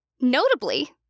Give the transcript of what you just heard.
Notably